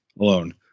alone